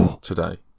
today